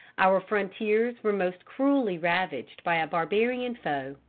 our frontiers were most cruelly ravaged by a barbarian foe.